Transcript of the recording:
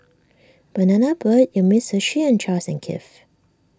Banana Boat Umisushi and Charles and Keith